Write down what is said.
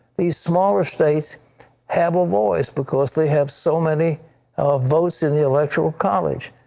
thee smaller states have a voice because they have so many votes in the electoral college.